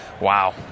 Wow